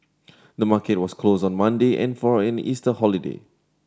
the market was closed on Monday in for an Easter holiday